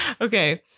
Okay